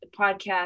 podcast